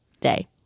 day